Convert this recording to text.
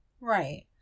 Right